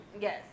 Yes